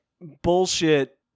bullshit